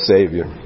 Savior